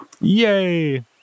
Yay